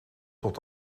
tot